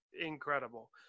incredible